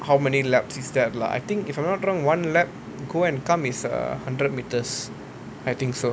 how many laps is that lah I think if I'm not wrong one lap go and come is uh hundred metres I think so